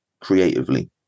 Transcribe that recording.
creatively